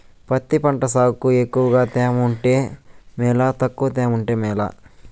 పత్తి పంట సాగుకు ఎక్కువగా తేమ ఉంటే మేలా తక్కువ తేమ ఉంటే మేలా?